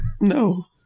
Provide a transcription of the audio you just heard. No